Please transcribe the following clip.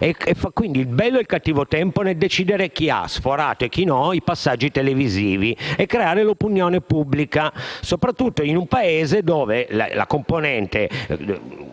e fa quindi il bello e il cattivo tempo nel decidere chi ha sforato e chi no nei passaggi televisivi e creare l'opinione pubblica, soprattutto in un Paese in cui la componente